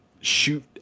shoot